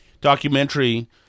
documentary